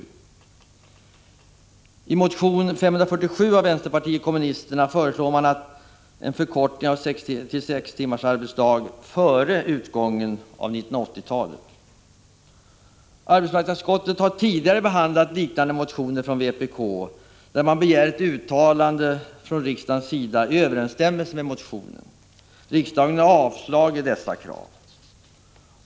I motion 1984/85:547 av vänsterpartiet kommunisterna föreslår man en förkortning till sex timmars arbetsdag före utgången av 1980-talet. Arbetsmarknadsutskottet har tidigare behandlat liknande motioner från vpk, där man begär ett uttalande från riksdagens sida i överensstämmelse med motionen. Riksdagen har avslagit dessa krav.